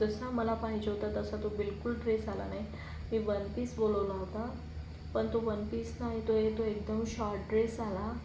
जसा मला पाहिजे होता तसा तो बिलकुल ड्रेस आला नाही मी वनपीस बोलवला होता पण तो वनपीस नाही तो ए तो एकदम शॉर्ट ड्रेस आला